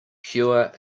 pure